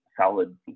solid